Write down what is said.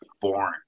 boring